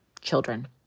children